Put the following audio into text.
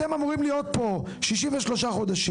אתם אמורים להיות פה 63 חודשים,